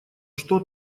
что